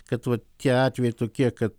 kad vat tie atvejai tokie kad